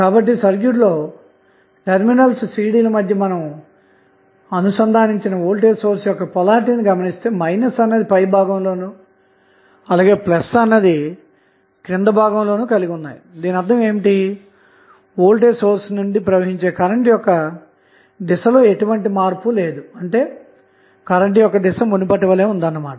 కాబట్టి సర్క్యూట్ లో terminals cd ల మధ్య మనం అనుసంధానించిన వోల్టేజ్ సోర్స్ యొక్క పొలారిటీ ని గమనిస్తే మైనస్ పైభాగంలో ను మరియు ప్లస్ దిగువ భాగంలోను కలిగి ఉన్నాయి దీనర్థం ఏమిటంటే వోల్టేజ్ సోర్స్ నుంచి ప్రవహించే కరెంట్ యొక్క దిశ లో ఎటువంటి మార్పు లేదు అంటే కరెంటు యొక్క దిశ మునుపటివలె ఉందన్నమాట